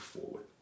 forward